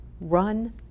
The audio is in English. Run